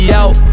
out